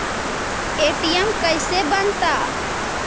ATM कैसे बनता?